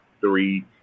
three